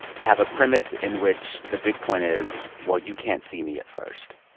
have a premise in which the big point is, well, you can't see me at first.